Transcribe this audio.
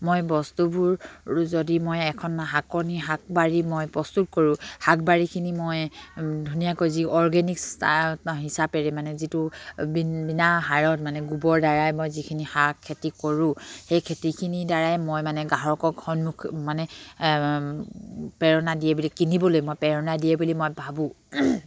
মই বস্তুবোৰ যদি মই এখন শাকনি শাকবাৰী মই প্ৰস্তুত কৰোঁ শাকবাৰীখিনি মই ধুনীয়াকৈ যি অৰ্গেনিক হিচাপেৰে মানে যিটো বিনা হাৰত মানে গোবৰ দ্বাৰাই মই যিখিনি শাক খেতি কৰোঁ সেই খেতিখিনিৰ দ্বাৰাই মই মানে গ্ৰাহকক মানে প্ৰেৰণা দিয়ে বুলি কিনিবলৈ মই প্ৰেৰণা দিয়ে বুলি মই ভাবোঁ